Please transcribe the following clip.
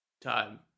time